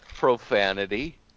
Profanity